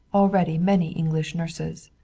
already many english nurses.